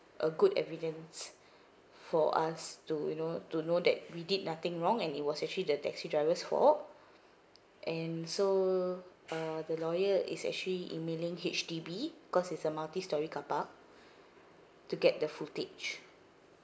a good evidence for us to you know to know that we did nothing wrong and it was actually the taxi driver's fault and so uh the lawyer is actually emailing H_D_B cause it's a multi storey car park to get the footage